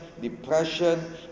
depression